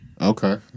Okay